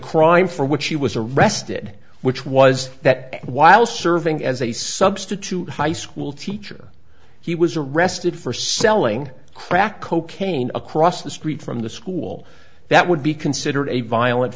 crime for which she was arrested which was that while serving as a substitute high school teacher he was arrested for selling crack cocaine across the street from the school that would be considered a violent